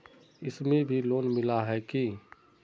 इसमें भी लोन मिला है की